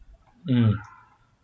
mm